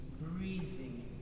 breathing